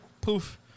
poof